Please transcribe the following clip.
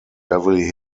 beverly